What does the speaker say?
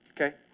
Okay